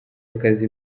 akazi